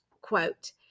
quote